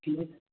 ٹھیٖک